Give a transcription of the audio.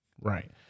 Right